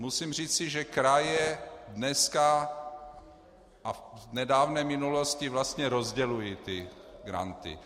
Musím říci, že kraje dneska a v nedávné minulosti vlastně rozdělují ty granty.